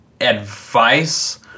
advice